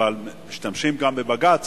ומשתמשים גם בבג"ץ,